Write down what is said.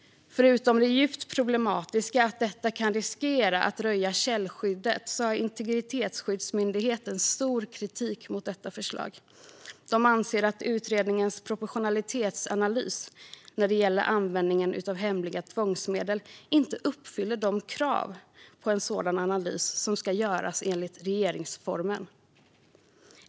Förutom det djupt problematiska att detta kan riskera att röja källskyddet har Integritetsskyddsmyndigheten allvarlig kritik mot detta förslag. De anser att utredningens proportionalitetsanalys när det gäller användning av hemliga tvångsmedel inte uppfyller de krav på en sådan analys som ställs i regeringsformen.